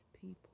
people